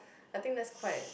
I think that's quite